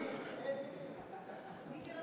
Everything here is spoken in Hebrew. מיקי,